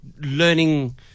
Learning